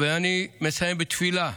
ואני מסיים בתפילה.